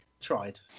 Tried